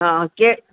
हा के